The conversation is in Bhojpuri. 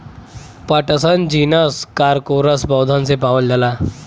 पटसन जीनस कारकोरस पौधन से पावल जाला